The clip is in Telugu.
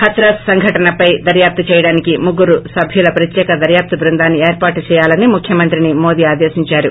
హత్రాస్ సంఘటనపై దర్భాప్తు చేయడానికి ముగ్గురు సభ్యుల ప్రత్యేక దర్భాప్తు బృందాన్ని ఏర్పాటు చేయాలని ముఖ్యమంత్రిని మోదీ ఆదేశిందారు